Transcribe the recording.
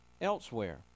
elsewhere